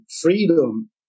freedom